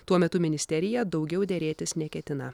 tuo metu ministerija daugiau derėtis neketina